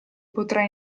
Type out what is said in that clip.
potrà